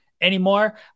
anymore